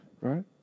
right